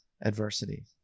adversity